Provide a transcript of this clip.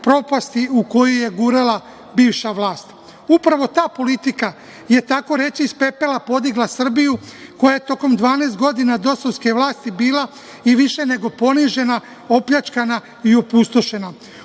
propasti u koju je gurala bivša vlast. Upravo ta politika je takoreći iz pepela podigla Srbiju, koja je tokom 12 godina dosovske vlasti bila i više nego ponižena, opljačkana i opustošena.